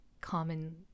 common-